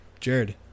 Jared